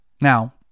Now